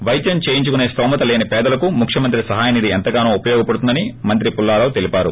వైద్యం చేయించుకుసే స్తోమత లేని పేదలకు ముఖ్యమంత్రి సహాయనిధి ఎంతగానో ఉపయోగపడుతుందని మంత్రి పుల్లారావు తెలిపారు